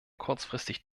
kurzfristig